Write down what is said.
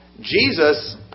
Jesus